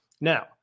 Now